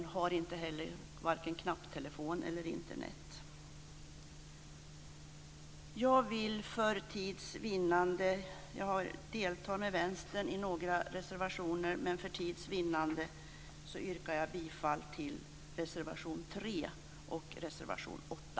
De kanske inte heller har varken knapptelefon eller Internet. Jag deltar med Vänstern i några reservationer, men för tids vinnande yrkar jag bifall bara till reservation 3 och reservation 8.